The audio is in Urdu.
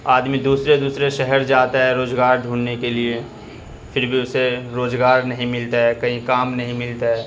آدمی دوسرے دوسرے شہر جاتا ہے روزگار ڈھونڈنے کے لیے پھر بھی سے روزگار نہیں ملتا ہے کہیں کام نہیں ملتا ہے